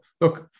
look